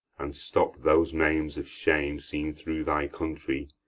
and stop those maims of shame seen through thy country,